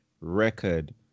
record